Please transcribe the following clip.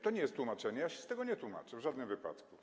To nie jest tłumaczenie, ja się z tego nie tłumaczę, w żadnym wypadku.